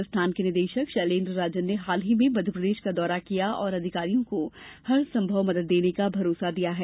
संस्थान के निदेशक शैलेन्द्र राजन ने हाल में मध्य प्रदेश का दौरा किया और अधिकारियों को हर संभव मदद देने का भरोसा दिया है